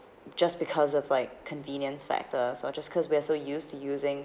just because of like convenience factors so I just cause we're so used to using